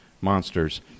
monsters